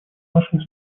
нашей